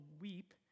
weep